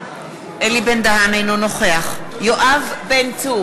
אינו נוכח יואב בן צור,